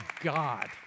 God